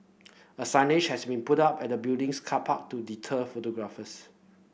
a signage has been put up at the building's car park to deter photographers